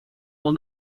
will